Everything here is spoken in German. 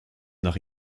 nach